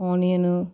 onion